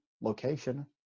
location